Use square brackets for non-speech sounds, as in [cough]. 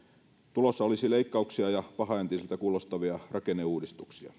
tulossa olisi leikkauksia ja pahaenteisiltä kuulostavia rakenneuudistuksia [unintelligible]